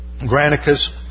Granicus